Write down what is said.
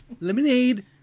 Lemonade